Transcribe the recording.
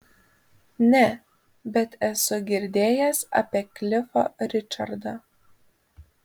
ne bet esu girdėjęs apie klifą ričardą